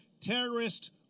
terrorist